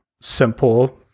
simple